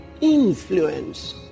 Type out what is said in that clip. influence